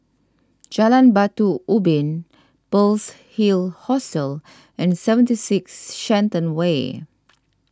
Jalan Batu Ubin Pearl's Hill Hostel and seventy six Shenton Way